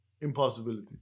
impossibility